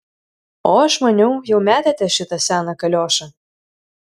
o aš maniau jau metėte šitą seną kaliošą